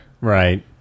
Right